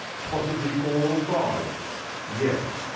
possibly four or five yes.